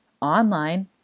online